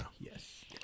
Yes